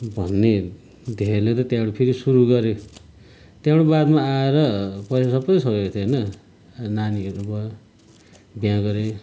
भन्ने ध्येयले त त्यहाँबाट फेरि सुरू गरियो त्यहाँबाट बादमा आएर पैसा सबै सकिएको थियो होइन नानीहरू भयो बिहा गरेँ